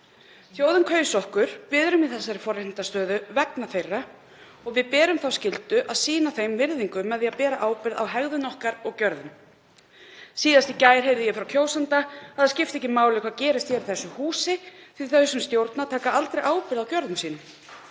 Þjóðin kaus okkur. Við erum í þessari forréttindastöðu vegna hennar og okkur ber skylda til að sýna henni virðingu með því að bera ábyrgð á hegðun okkar og gjörðum. Síðast í gær heyrði ég frá kjósanda að það skipti ekki máli hvað gerðist hér í þessu húsi því þau sem stjórna taki aldrei ábyrgð á gjörðum sínum.